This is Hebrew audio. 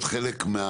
היא צריכה להיות חלק.